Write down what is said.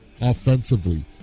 offensively